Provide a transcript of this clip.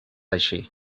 així